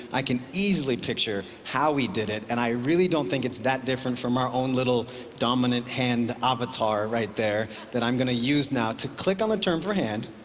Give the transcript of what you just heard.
i can easily picture how he did it. and i really don't think it's that different form our own little dominant hand avatar right there that i'm going to use now to click on the term for hand,